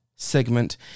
Segment